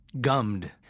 gummed